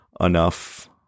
enough